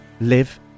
live